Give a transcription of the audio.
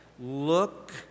Look